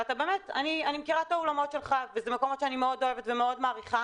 אני מכירה את האולמות שלך וזה מקומות שאני מאוד אוהבת ומאוד מעריכה